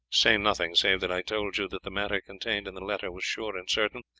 say nothing, save that i told you that the matter contained in the letter was sure and certain,